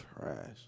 Trash